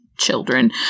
children